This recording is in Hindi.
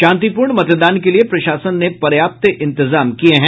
शांतिपूर्ण मतदान के लिये प्रशासन ने पर्याप्त इंतजाम किया है